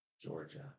Georgia